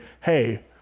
hey